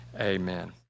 Amen